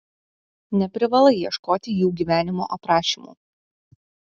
neprivalai ieškoti jų gyvenimo aprašymų